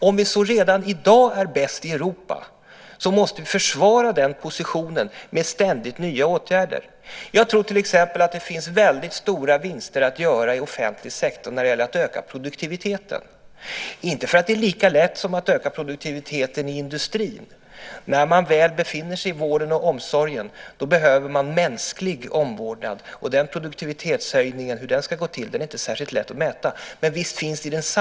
Om vi så redan i dag är bäst i Europa måste vi försvara den positionen med ständigt nya åtgärder. Jag tror till exempel att det finns väldigt stora vinster att göra i offentlig sektor när det gäller att öka produktiviteten, men det är inte lika lätt som att öka produktiviteten i industrin. När man väl befinner sig i vården och omsorgen behöver man mänsklig omvårdnad, och det är inte särskilt lätt att mäta en produktivitetshöjning där.